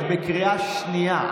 את בקריאה שנייה,